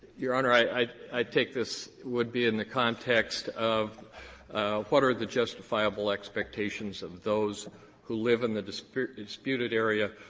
your honor, i i i take this it would be in the context of what are the justifiable expectations of those who live in the disputed disputed area?